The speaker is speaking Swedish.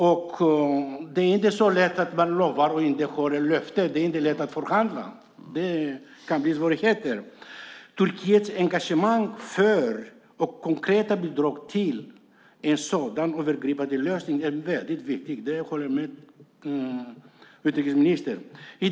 Om man lovar men inte håller löftet är det inte lätt att förhandla. Det kan bli svårigheter. Turkiets engagemang för och konkreta bidrag till en sådan övergripande lösning är väldigt viktigt; det håller jag med utrikesministern om.